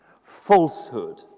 falsehood